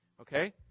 okay